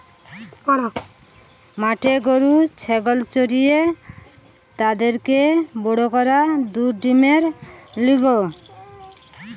মাঠে গরু ছাগল চরিয়ে তাদেরকে বড় করা দুধ ডিমের লিগে